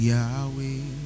Yahweh